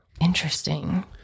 Interesting